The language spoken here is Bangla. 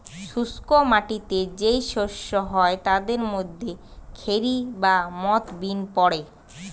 শুষ্ক মাটিতে যেই শস্য হয় তাদের মধ্যে খেরি বা মথ বিন পড়ে